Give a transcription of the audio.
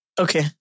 Okay